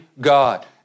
God